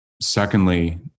Secondly